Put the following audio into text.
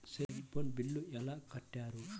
Cell phone bill ఎలా కట్టారు?